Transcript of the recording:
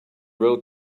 wrote